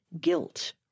guilt